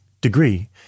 degree